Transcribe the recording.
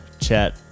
chat